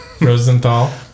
Rosenthal